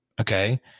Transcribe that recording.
Okay